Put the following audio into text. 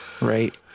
Right